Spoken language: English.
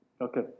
okay